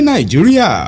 Nigeria